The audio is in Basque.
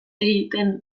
egiten